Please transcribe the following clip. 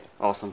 Awesome